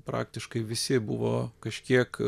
praktiškai visi buvo kažkiek